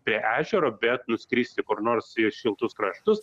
prie ežero bet nuskristi kur nors į šiltus kraštus